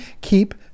keep